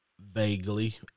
vaguely